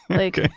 like